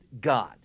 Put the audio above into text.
God